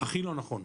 הכי לא נכון.